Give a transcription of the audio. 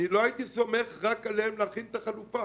לא הייתי סומך רק עליהם להכין את החלופה.